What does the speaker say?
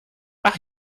ach